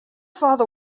father